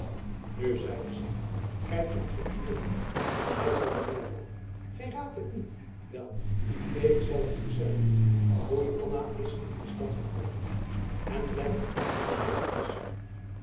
nu zeide zy kijk maar zoo zuur niet het zal u meêvallen gy raadt het niet wel ik zal t u maar zeggen moei anna is in de stad gekomen en blijft een dag of wat by ons